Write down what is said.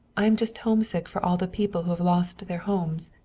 i am just homesick for all the people who have lost their homes.